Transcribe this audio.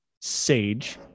sage